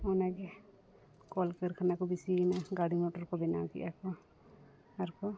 ᱚᱱᱟᱜᱮ ᱠᱚᱞ ᱠᱟᱹᱨᱠᱷᱟᱱᱟ ᱠᱚ ᱵᱮᱥᱤᱭᱮᱱᱟ ᱜᱟᱹᱰᱤ ᱢᱚᱴᱚᱨ ᱠᱚ ᱵᱮᱱᱟᱣ ᱠᱮᱫᱟ ᱠᱚ ᱟᱨᱠᱚ